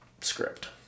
script